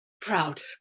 Proud